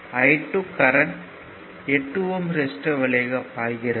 I2 current 8 ohm resistor வழியாக பாய்கிறது